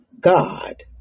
god